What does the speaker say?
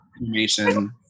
information